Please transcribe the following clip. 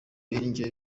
indyo